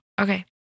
Okay